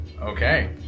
Okay